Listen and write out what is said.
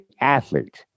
athletes